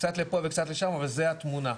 קצת לפה וקצת לשם, אבל זו התמונה.